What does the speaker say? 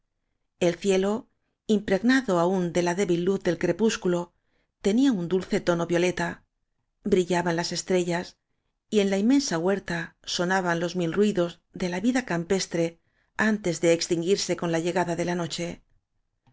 el cielo impregnado aún de la débil luz del crepúsculo tenía un dulce tono de violeta brillaban las estrellas y en la inmensá huerta so áñ naban los mil ruidos de la vida campestre antes de extinguirse con la llegada de la noche